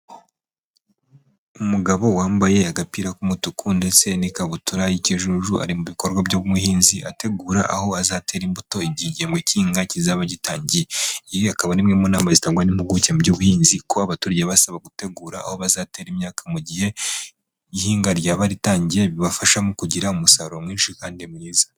Umugabo wambaye agapira k’umutuku ndetse n’ikabutura y’ikijuju ari mu bikorwa by’ubuhinzi ategura aho azatera imbuto igihe igihembwe k’ihinga kizaba gitangiye. Iyi akaba arimwe mu nama zitangwa n’impuguke mu by’ubuhinzi ko abaturage basaba gutegura aho bazatera imyaka mu gihe ihinga ryaba ritangiye, bibafasha mu kugira umusaruro mwinshi kandi mwiza.